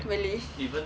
really